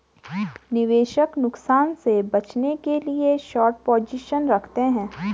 निवेशक नुकसान से बचने के लिए शार्ट पोजीशन रखते है